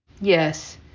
Yes